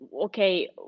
okay